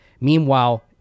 meanwhile